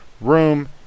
room